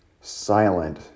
silent